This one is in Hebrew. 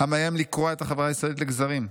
המאיים לקרוע את החברה הישראלית לגזרים.